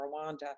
Rwanda